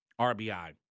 RBI